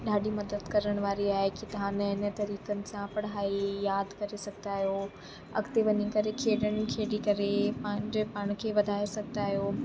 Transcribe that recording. ॾाढी मदद करण वारी आहे कि तव्हां नएं नएं तरीक़नि सां पढ़ाई याद करे सघंदा आहियो अॻिते वञी करे खेॾण खेॾी करे पंहिंजे पाण खे वधाए सघंदा आहियो